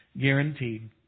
Guaranteed